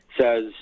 says